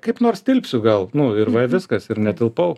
kaip nors tilpsiu gal nu ir va viskas ir netilpau